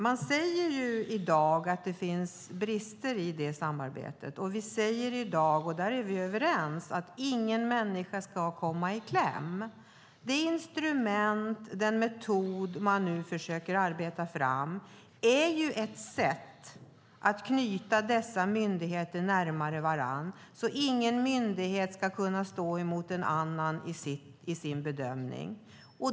Man säger i dag att det finns brister i det samarbetet, och vi säger i dag - och där är vi överens - att ingen människa ska komma i kläm. Det instrument och den metod som man nu försöker arbeta fram är verktyg för att knyta dessa myndigheter närmare varandra, så att ingen myndighet ska kunna stå emot en annan i sin bedömning.